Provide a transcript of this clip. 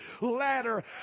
ladder